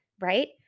Right